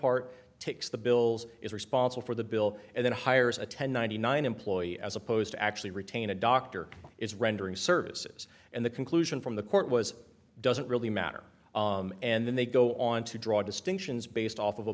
part takes the bills is responsible for the bill and then hires a ten ninety nine employee as opposed to actually retain a doctor it's rendering services and the conclusion from the court was doesn't really matter and then they go on to draw distinctions based off of a